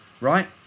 right